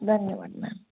धन्यवाद मॅम